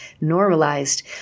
normalized